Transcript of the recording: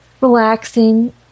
relaxing